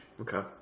Okay